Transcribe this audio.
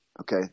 okay